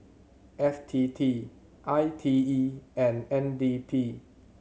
F T T I T E and N D P